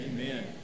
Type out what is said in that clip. Amen